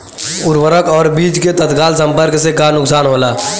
उर्वरक और बीज के तत्काल संपर्क से का नुकसान होला?